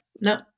No